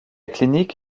clinique